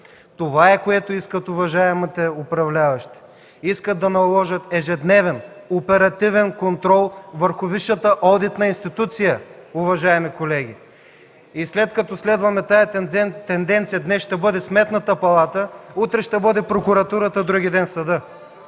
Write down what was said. Това е, което искат уважаемите управляващи – искат да наложат ежедневен, оперативен контрол върху висшата одитна институция, уважаеми колеги. И след като следваме тази тенденция, днес ще бъде Сметната палата, утре ще бъде прокуратурата, вдругиден - съдът.